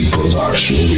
Production